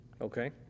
Okay